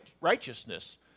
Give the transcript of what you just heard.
righteousness